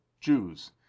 Jews